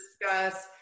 discuss